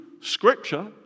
Scripture